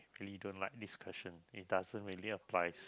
we don't like this question it doesn't really applies